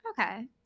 Okay